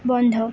বন্ধ